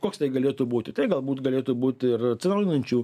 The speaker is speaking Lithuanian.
koks tai galėtų būti tai galbūt galėtų būti ir atsinaujinančių